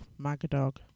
Magadog